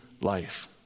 life